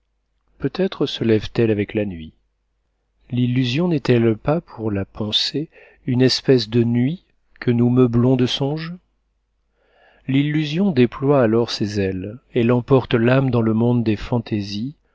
peut-être se lève-t-elle avec la nuit l'illusion n'est-elle pas pour la pensée une espèce de nuit que nous meublons de songes l'illusion déploie alors ses ailes elle emporte l'âme dans le monde des fantaisies